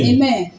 Amen